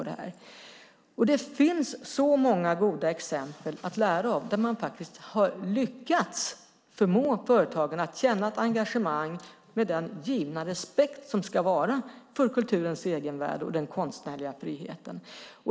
Det finns många goda exempel att lära av där man faktiskt har lyckats förmå företagen att känna ett engagemang, med den givna respekt som det ska vara för kulturens egenvärde och den konstnärliga friheten.